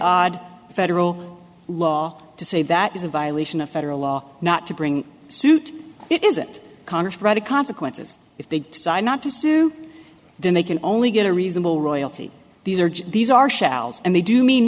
odd federal law to say that is a violation of federal law not to bring suit it isn't congress right of consequences if they decide not to sue then they can only get a reasonable royalty these are these are shells and they do mean